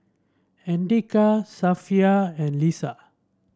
Andika Safiya and Lisa